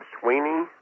Sweeney